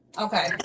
Okay